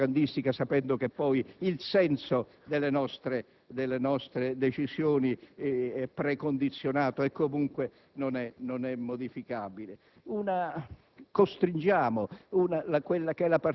meramente propagandistica, sapendo che poi il senso delle nostre decisioni è precondizionato e comunque non modificabile.